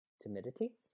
timidity